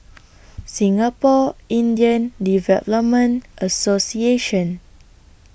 Singapore Indian Development Association